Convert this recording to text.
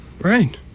Right